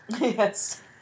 Yes